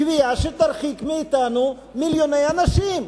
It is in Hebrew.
קביעה שתרחיק מאתנו מיליוני אנשים,